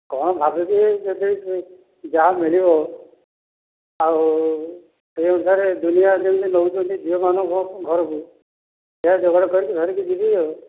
କ'ଣ ଭାବିବି ଯଦି ଯାହା ମିଳିବ ଆଉ ସେହି ଅନୁସାରେ ଦୁନିଆରେ ଯେମିତି ନେଉଛନ୍ତି ଝିଅମାନଙ୍କ ଘରକୁ ସେୟା ଯୋଗାଡ଼ କରିକି ଧରିକି ଯିବି ଆଉ